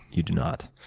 you do not.